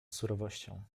surowością